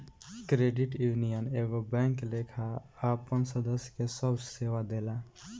credit union एगो bank लेखा आपन सदस्य के सभ सेवा देला